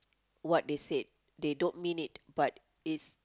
what they said they don't mean it but is